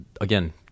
again